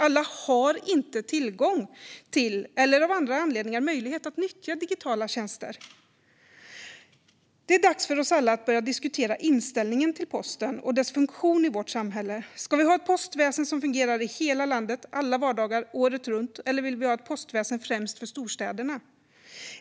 Alla har inte tillgång till, eller av andra anledningar möjlighet, att nyttja digitala tjänster. Det är dags för oss alla att börja diskutera inställningen till posten och dess funktion i vårt samhälle. Ska vi ha ett postväsen som fungerar i hela landet alla vardagar året runt, eller vill vi ha ett postväsen främst för storstäderna?